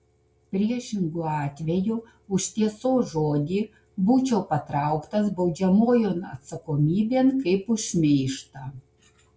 priešingu atveju už tiesos žodį būčiau patrauktas baudžiamojon atsakomybėn kaip už šmeižtą